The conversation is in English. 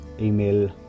email